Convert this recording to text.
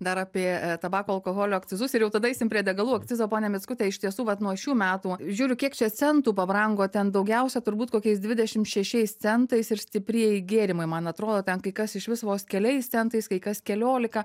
dar apie tabako alkoholio akcizus ir jau tada eisim prie degalų akcizo pone mickute iš tiesų vat nuo šių metų žiūriu kiek čia centų pabrango ten daugiausia turbūt kokiais dvidešim šešiais centais ir stiprieji gėrimai man atrodo ten kai kas išvis vos keliais centais kai kas keliolika